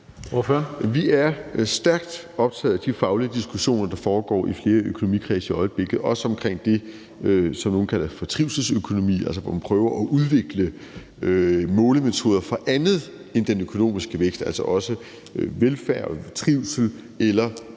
Vi er stærkt optaget af de faglige diskussioner, der foregår i flere økonomikredse i øjeblikket, også omkring det, som nogle kalder for trivselsøkonomi, hvor man prøver at udvikle målemetoder for andet end den økonomiske vækst, altså også for velfærd og trivsel eller